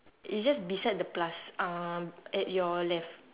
is just beside the plus um at your left